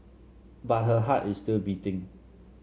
but her heart is still beating